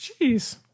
Jeez